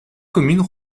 communes